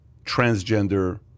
transgender